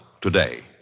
today